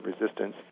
resistance